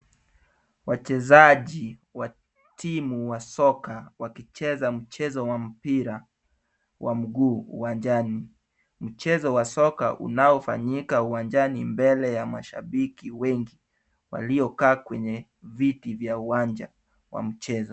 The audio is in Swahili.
Wachezaji wa timu wa soka wakicheza mchezo wa mpira wa mguu uwanjani. Mchezo wa soka unaofanyika uwanjani mbele ya mashabiki wengi, waliokaa kwenye viti vya uwanja wa mchezo.